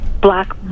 Black